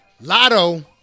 Lotto